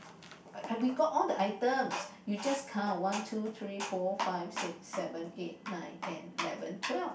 I I because all the items you just count one two three four five six seven eight nine ten eleven twelve